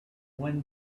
when